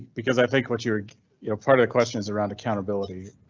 because i think what you're you're part of the question is around accountability.